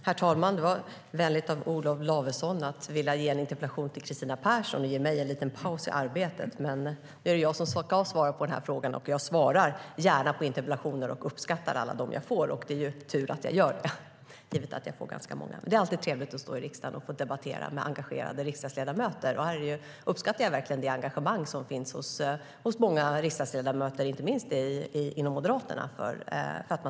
Herr talman! Det var vänligt av Olof Lavesson att vilja ställa en interpellation till Kristina Persson och ge mig en liten paus i arbetet! Nu är det dock jag som ska svara på frågan, och jag svarar gärna på interpellationer. Jag uppskattar alla jag får, och givet att jag får ganska många är det ju tur att jag gör det. Det är alltid trevligt att få stå i riksdagens kammare och debattera med engagerade riksdagsledamöter. Jag uppskattar verkligen det engagemang som finns hos många riksdagsledamöter inom Moderaterna - inte minst dig, Olof Lavesson.